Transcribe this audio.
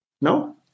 No